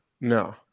No